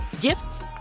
gifts